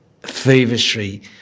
feverishly